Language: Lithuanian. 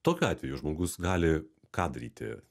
tokiu atveju žmogus gali ką daryti